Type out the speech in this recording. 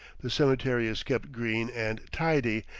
the cemetery is kept green and tidy,